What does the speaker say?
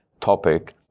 topic